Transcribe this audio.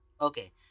okay